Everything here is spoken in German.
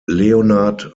leonhard